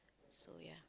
so ya